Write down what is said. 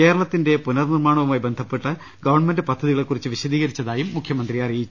കേരളത്തിന്റെ പുനർ നിർമ്മാണവുമായി ബന്ധപ്പെട്ട ഗവൺമെന്റ് പദ്ധതികളെക്കുറിച്ച് വിശ ദീകരിച്ചതായും മുഖ്യമന്ത്രി അറിയിച്ചു